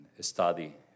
Study